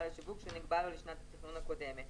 לשיווק שנקבעה לו לשנת התכנון הקודמת.